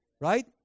right